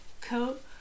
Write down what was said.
coat